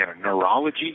neurology